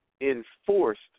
Enforced